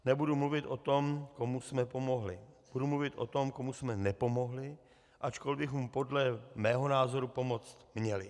Nebudu mluvit o tom, komu jsme pomohli, budu mluvit o tom, komu jsme nepomohli, ačkoli bychom podle mého názoru pomoci měli.